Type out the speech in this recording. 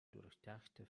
durchdachte